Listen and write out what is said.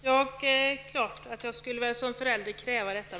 Herr talman! Jag skulle naturligtvis som förälder kräva detta.